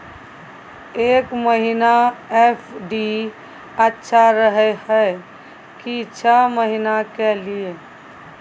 एक महीना एफ.डी अच्छा रहय हय की छः महीना के लिए?